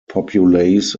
populace